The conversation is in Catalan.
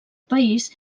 país